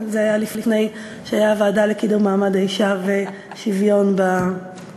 אבל זה היה לפני שהייתה הוועדה לקידום מעמד האישה ולשוויון מגדרי.